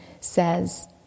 says